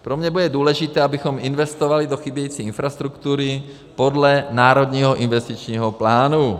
Pro mě bude důležité, abychom investovali do chybějící infrastruktury podle Národního investičního plánu.